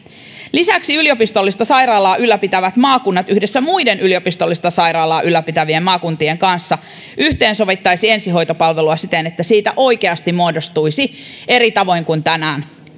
lisäksi yliopistollista sairaalaa ylläpitävät maakunnat yhdessä muiden yliopistollista sairaalaa ylläpitävien maakuntien kanssa yhteensovittaisivat ensihoitopalvelua siten että siitä oikeasti muodostuisi kansallinen kokonaisuus eri tavoin kuin tänään